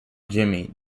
jimi